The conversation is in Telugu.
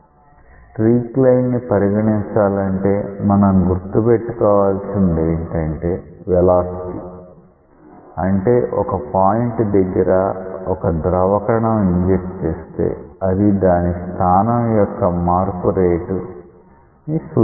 స్ట్రీక్ లైన్ ని పరిగణించాలంటే మనం గుర్తుపెట్టుకోవలిసింది ఏంటంటే వెలాసిటీ అంటే ఒక పాయింట్ దగ్గర ఒక ద్రవ కణం ఇంజెక్ట్ చేస్తే అది దాని స్థానం యొక్క మార్పు రేటు ని సూచిస్తుంది